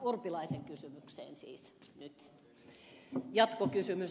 urpilaisen kysymykseen siis nyt jatkokysymys